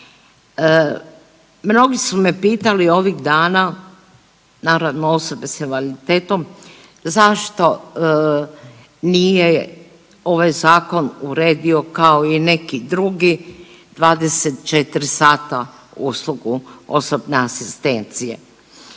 Mnogi su me pitali ovih dana, naravno osobe s invaliditetom, zašto nije ovaj zakon uredio kao i neki drugi 24 sata uslugu osobne asistencije.